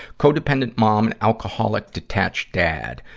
codependent mom, and alcoholic detached dad.